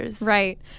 Right